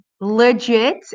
legit